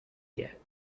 yet